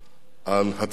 על הצעה